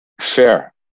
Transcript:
fair